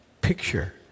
picture